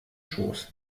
schoß